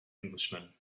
englishman